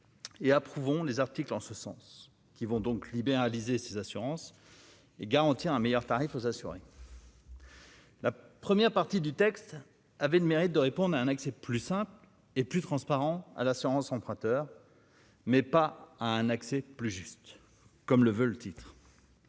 et approuvons les articles en ce sens, qui vont donc libéraliser ses assurances et garantir un meilleur tarif aux assurés. La première partie du texte avait le mérite de répondre à un accès plus simple et plus transparent à l'assurance emprunteur, mais pas à un accès plus juste, comme le veut le titre.